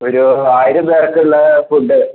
ഒരു ആയിരം പേർക്ക് ഉള്ള ഫുഡ്